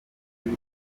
turi